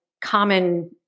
common